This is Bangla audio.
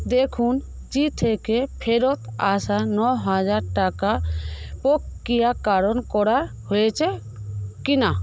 দেখুন জী থেকে ফেরত আসা না হাজার টাকা প্রক্রিয়াকরণ করা হয়েছে কিনা